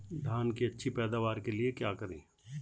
धान की अच्छी पैदावार के लिए क्या करें?